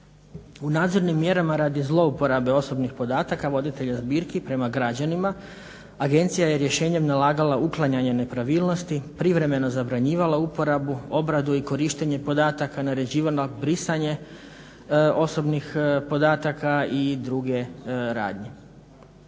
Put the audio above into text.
U nadzornim mjerama radi zlouporabe osobnih podataka voditelja zbirki prema građanima agencija je rješenjem nalagala uklanjanje nepravilnosti, privremeno zabranjivala uporabu, obradu i korištenje podataka, naređivala brisanje osobnih podataka i druge radnje.